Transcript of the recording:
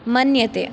मन्यते